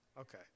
Okay